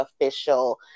official